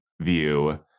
view